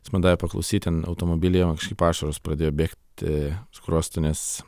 jis man davė paklausyt ten automobilyje man kažkaip ašaros ašaros pradėjo bėgti skruostu nes